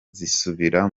zisubira